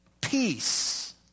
peace